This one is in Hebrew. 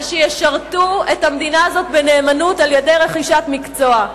אבל שישרתו את המדינה הזאת בנאמנות על-ידי רכישת מקצוע.